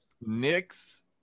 Knicks